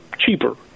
cheaper